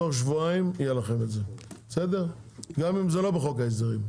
תוך שבועיים יהיה לכם את זה גם אם זה לא בחוק ההסדרים.